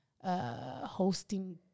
hosting